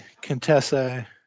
Contessa